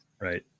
Right